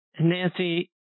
Nancy